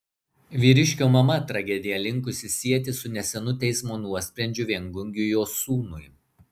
vyriškio mama tragediją linkusi sieti su nesenu teismo nuosprendžiu viengungiui jos sūnui